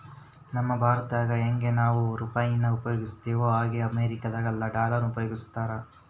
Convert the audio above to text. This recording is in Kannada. ನಮ್ ಭಾರತ್ದಾಗ ಯಂಗೆ ನಾವು ರೂಪಾಯಿನ ಉಪಯೋಗಿಸ್ತಿವೋ ಹಂಗೆ ಅಮೇರಿಕುದಾಗ ಡಾಲರ್ ಉಪಯೋಗಿಸ್ತಾರ